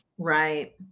right